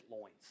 loins